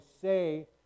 say